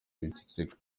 wiceceka